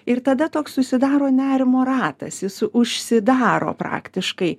ir tada toks susidaro nerimo ratas jis užsidaro praktiškai